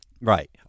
Right